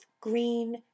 green